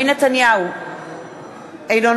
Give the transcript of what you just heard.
היו תופעות שצוינו שהן לא היו הכי